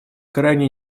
крайне